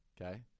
Okay